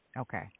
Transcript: okay